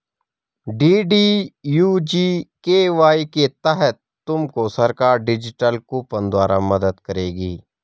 DDU GKY के तहत तुमको सरकार डिजिटल कूपन द्वारा मदद करेगी